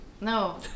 No